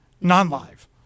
non-live